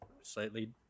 slightly